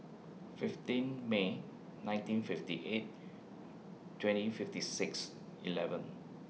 fifteen May nineteen fifty eight twenty fifty six eleven